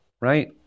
Right